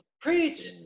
Preach